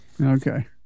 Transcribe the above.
Okay